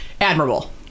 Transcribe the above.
admirable